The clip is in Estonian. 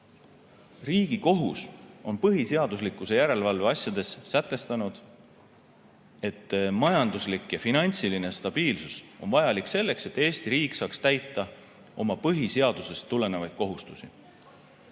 Riigikohus on oma põhiseaduslikkuse järelevalve asjades sätestanud, et majanduslik ja finantsiline stabiilsus on vajalik selleks, et Eesti riik saaks täita oma põhiseadusest tulenevaid kohustusi.